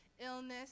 illness